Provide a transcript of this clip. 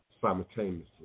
simultaneously